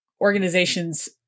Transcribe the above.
organizations